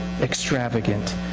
extravagant